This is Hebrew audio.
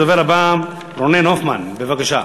הדובר הבא, רונן הופמן, בבקשה.